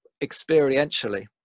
experientially